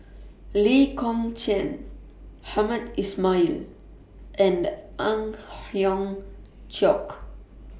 Lee Kong Chian Hamed Ismail and Ang Hiong Chiok